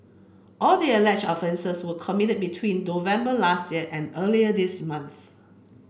all the alleged offences were committed between November last year and earlier this month